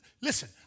listen